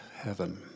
heaven